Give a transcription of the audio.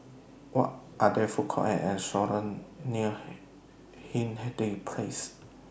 Are There Food Courts Or restaurants near Hindhede Place